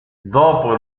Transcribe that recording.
dopo